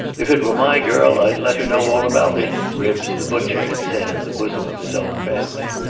if it were my girl i'd let her know all about it, ribbs the butcher had said in the bosom of his own family.